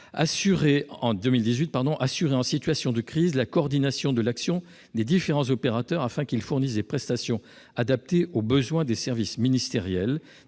assurer en situation de crise la coordination de l'action des différents opérateurs, afin que ceux-ci fournissent des prestations adaptées aux besoins des services ministériels,